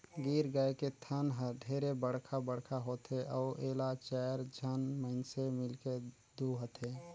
गीर गाय के थन हर ढेरे बड़खा बड़खा होथे अउ एला चायर झन मइनसे मिलके दुहथे